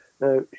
Now